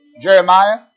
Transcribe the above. Jeremiah